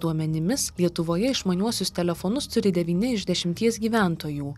duomenimis lietuvoje išmaniuosius telefonus turi devyni iš dešimties gyventojų